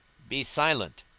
be silent!